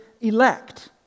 elect